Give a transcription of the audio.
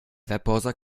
webbrowser